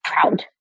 proud